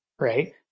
right